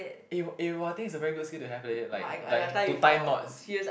eh w~ eh !wah! I think it's a very good skill to have leh like like to tie knots